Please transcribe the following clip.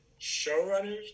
showrunners